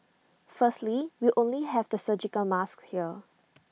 firstly we only have the surgical masks here